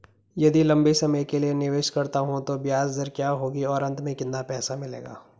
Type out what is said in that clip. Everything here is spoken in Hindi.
यदि लंबे समय के लिए निवेश करता हूँ तो ब्याज दर क्या होगी और अंत में कितना पैसा मिलेगा?